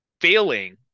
failing